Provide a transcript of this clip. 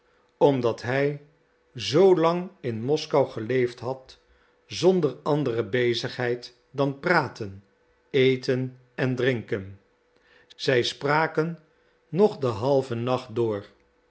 omdat hij zoo lang in moskou geleefd had zonder andere bezigheid dan praten eten en drinken zij spraken nog den halven nacht door